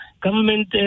Government